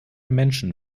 menschen